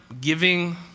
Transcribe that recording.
giving